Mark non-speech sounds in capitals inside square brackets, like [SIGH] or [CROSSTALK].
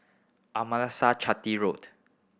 [UNINTELLIGIBLE] Chetty Road